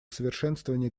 совершенствования